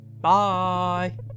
Bye